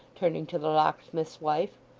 turning to the locksmith's wife.